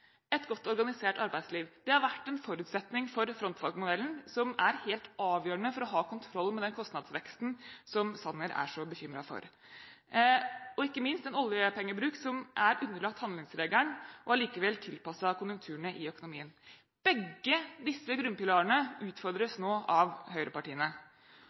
et godt organisert arbeidsliv. Det har vært en forutsetning for frontfagmodellen, som er helt avgjørende for å ha kontroll med den kostnadsveksten som representanten Sanner er så bekymret for, og ikke minst vil jeg trekke fram en oljepengebruk som er underlagt handlingsregelen og allikevel tilpasset konjunkturene i økonomien. Begge disse grunnpilarene utfordres nå av høyrepartiene.